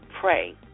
pray